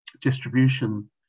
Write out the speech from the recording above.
distribution